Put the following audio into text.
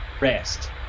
rest